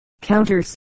counters